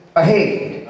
ahead